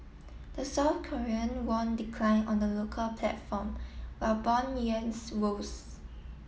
the South Korean won decline on the local platform while bond yields rose